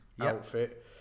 outfit